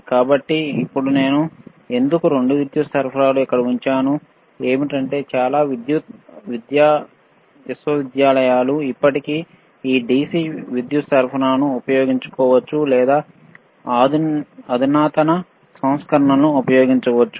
కాబట్టి ఇప్పుడు నేను ఎందుకు రెండూ విద్యుత్ సరఫరాలు ఇక్కడ ఉంచాను ఏమిటంటే చాలా విశ్వవిద్యాలయాలు ఇప్పటికీ ఈ DC విద్యుత్ సరఫరాను ఉపయోగించుకోవచ్చులేదా అధునాతన సంస్కరణను ఉపయోగించవచ్చు